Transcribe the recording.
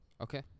Okay